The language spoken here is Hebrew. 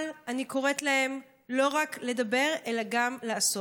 אבל אני קוראת להם לא רק לדבר אלא גם לעשות.